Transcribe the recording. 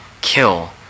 kill